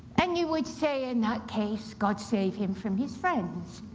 and you would say, in that case, god save him from his friends.